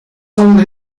only